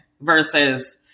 versus